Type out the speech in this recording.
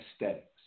aesthetics